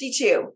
52